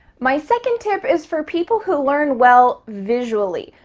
my second tip is for people who learn well visually.